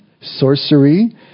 sorcery